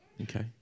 Okay